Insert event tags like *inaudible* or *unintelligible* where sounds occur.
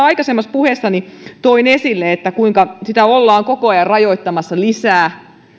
*unintelligible* aikaisemmassa puheessani toin esille sitä ollaan koko ajan rajoittamassa lisää